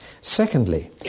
Secondly